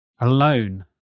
alone